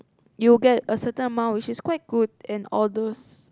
you will get a certain amount which is quite good and all those